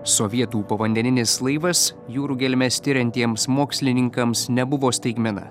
sovietų povandeninis laivas jūrų gelmes tiriantiems mokslininkams nebuvo staigmena